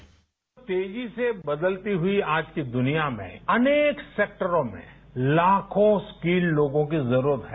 bite तेजी से बदलती हुई आज की दुनिया में अनेक सेक्टरों में लाखों स्किल लोगों की जरूरत है